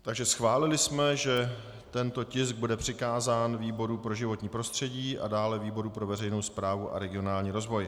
Takže schválili jsme, že tento tisk bude přikázán výboru pro životní prostředí a dále výboru pro veřejnou správu a regionální rozvoj.